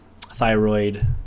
thyroid